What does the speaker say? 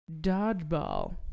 Dodgeball